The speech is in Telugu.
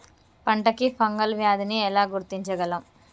పంట కి ఫంగల్ వ్యాధి ని ఎలా గుర్తించగలం?